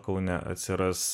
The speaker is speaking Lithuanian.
kaune atsiras